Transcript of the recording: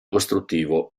costruttivo